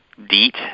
DEET